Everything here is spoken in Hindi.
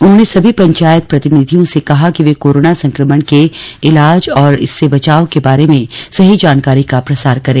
उन्होंने सभी पंचायत प्रतिनिधियों से कहा कि वे कोरोना संक्रमण के इलाज और इससे बचाव के बारे में सही जानकारी का प्रसार करें